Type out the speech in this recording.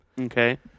Okay